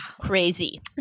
Crazy